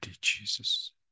jesus